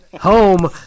home